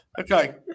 Okay